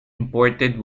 imported